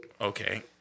okay